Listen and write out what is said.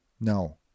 No